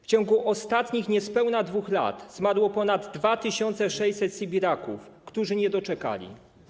W ciągu ostatnich niespełna 2 lat zmarło ponad 2600 sybiraków, którzy tego nie doczekali.